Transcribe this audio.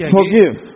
forgive